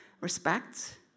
respect